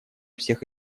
всех